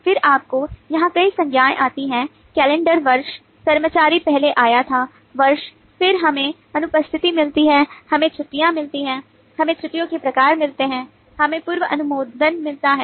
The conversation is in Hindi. फिर आपको यहां कई संज्ञाएं आती हैं कैलेंडर वर्ष कर्मचारी पहले आया था वर्ष फिर हमें अनुपस्थिति मिलती है हमें छुट्टियाँ मिलती हैं हमें छुट्टियो के प्रकार मिलते हैं हमें पूर्व अनुमोदन मिलता है